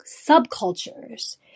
subcultures